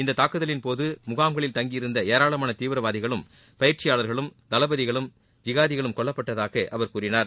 இந்த தாக்குதலின்போது முகாம்களில் தங்கியிருந்த ஏராளமான தீவிரவாதிகளும் பயிற்சியாளர்களும் தளபதிகளும் ஜிகாதிகளும் கொல்லப்பட்டதாக அவர் கூறினார்